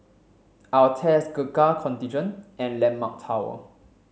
Altez Gurkha Contingent and Landmark Tower